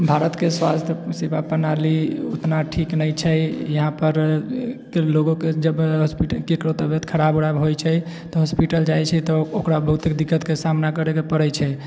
भारतके स्वास्थ्य सेवा प्रणाली उतना ठीक नहि छै यहाँपर के लोगोकेँ जब हॉस्पिटलमे ककरो तबियत खराब उराब होइत छै तऽ हॉस्पिटल जाइत छै तऽ ओकरा बहुते दिक्कतके सामना करयके पड़ैत छै